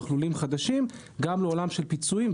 לעולים חדשים גם לעולם של פיצויים.